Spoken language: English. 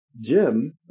Jim